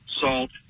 salt